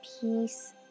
peace